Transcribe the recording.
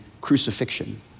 crucifixion